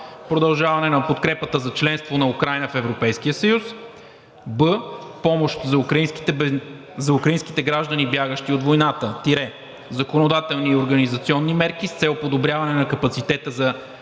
продължаване на подкрепата за членство на Украйна в Европейския съюз; б) помощ за украинските граждани, бягащи от войната – законодателни и организационни мерки с цел подобряване на капацитета за